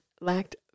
lacked